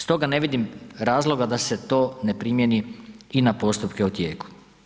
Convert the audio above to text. Stoga ne vidim razloga da se to ne primjeni i na postupke u tijeku.